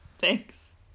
Thanks